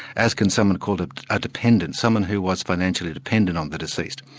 as can someone called a ah dependent, someone who was financially dependent on the deceased.